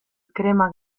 crema